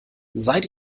seid